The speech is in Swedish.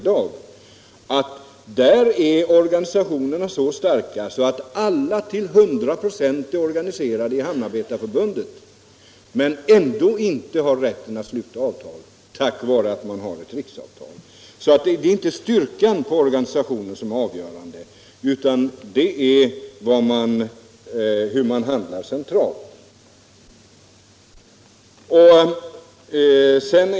Där finns arbetsplatser där arbetarna till hundra procent är organiserade i Hamnarbetarförbundet, men den organisationen har ändå inte rätt att sluta avtal därför att det finns ett riksavtal. Det är alltså inte styrkan hos organisationen som är avgörande, utan det är hur man handlar centralt.